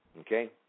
okay